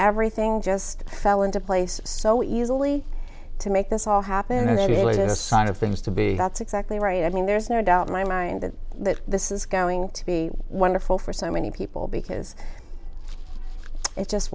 everything just fell into place so easily to make this all happen that is a sign of things to be that's exactly right i mean there's no doubt in my mind that that this is going to be wonderful for so many people because it just